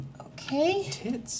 Okay